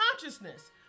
consciousness